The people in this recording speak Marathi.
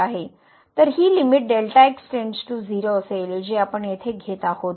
तर ही लिमिट असेल जी आपण येथे घेत आहोत